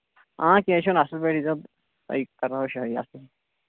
آ کینٛہہ چھُنہٕ اَصٕل پٲٹھۍ ییٖزیو تۄہہِ کرناوَو شٲہی اَصٕل